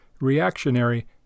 reactionary